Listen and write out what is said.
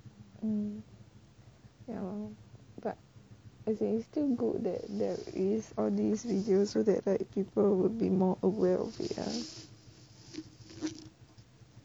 um ya lor but as in is still good that there is all these videos so that like people would be more aware of it ah